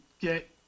get